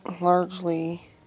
largely